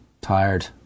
tired